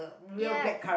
ya